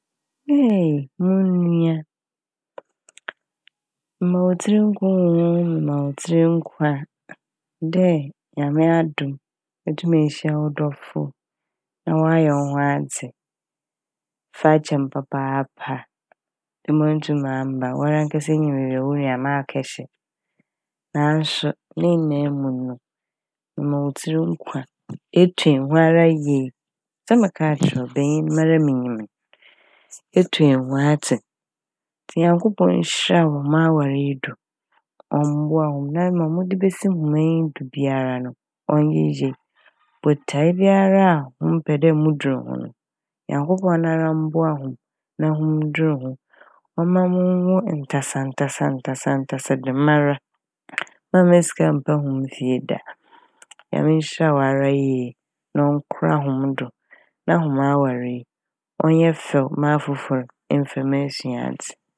Mu nua, mema wo tsir nkwa oo! Mema wo tsir nkwa dɛ Nyame adom etum ehyia wo dɔfo na ɔayɛ wo ho adze. Fa kyɛ m' papaaaapa dɛ menntum mammba. Wankasa inyim beebi a wo nua makɛhyɛ naaso ne nyinaa mu no me ma wo tsir nkwa. Etu ehu ara yie sɛ mekaa kyerɛ wo, banyin no mara minyim n'. Etu ehu atse ntsi Nyankpɔn nhyira hom awar yi do, Ɔmboa wo na ma wɔdze besi hom enyido biara no ɔnyɛ yie. Botae biara hom pɛ dɛ hom dur ho n', Nyankopɔn nara mboa hom na hom ndur ho. Ɔma hom nwo ntasantaasantasantasa dɛmara. Mamma sika mmpa hom fie da. Nyame nhyira wo ara yie na Ɔnkora hom do na hom awar yi ɔnyɛ fɛw ma afofor mfa mu esuadze.